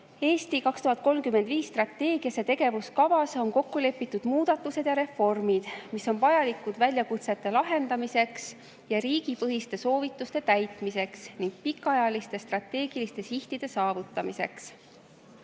"Eesti 2035" strateegias ja tegevuskavas on kokku lepitud muudatused ja reformid, mis on vajalikud väljakutsete lahendamiseks ja riigipõhiste soovituste täitmiseks ning pikaajaliste strateegiliste sihtide saavutamiseks.